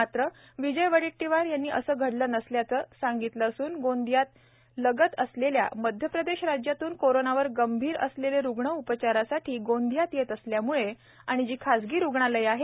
मात्र मंत्री विजय वडेट्टीवार असे घडले नसल्याचे सांगितले असून गोंदियात लगत असलेल्या मध्यप्रदेश राज्यातून कोरोनावर गंभीर असलेले रूग्ण उपचारासाठी गोंदियात येत असल्याम्ळे आणि जी खासगी रूग्णालये आहेत